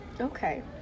Okay